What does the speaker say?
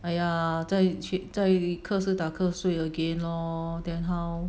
!aiya! 在去在课室打瞌睡 again lor then how